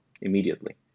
immediately